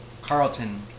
Carlton